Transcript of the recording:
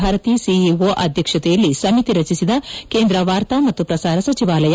Bharati CEO ಅಧ್ಯಕ್ಷತೆಯಲ್ಲಿ ಸಮಿತಿ ರಚಿಸಿದ ಕೇಂದ್ರ ವಾರ್ತಾ ಮತ್ತು ಪ್ರಸಾರ ಸಚಿವಾಲಯ